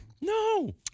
No